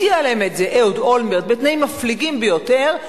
הציע להם את זה אהוד אולמרט בתנאים מפליגים ביותר.